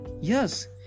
Yes